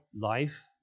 life